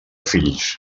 fills